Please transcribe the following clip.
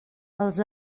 els